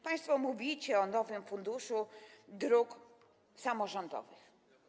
Państwo mówicie o nowym Funduszu Dróg Samorządowych.